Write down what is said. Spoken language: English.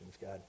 God